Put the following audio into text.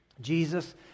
Jesus